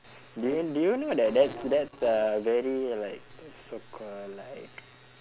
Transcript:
do you do you know that that's that's uh very like so called like